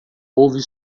houve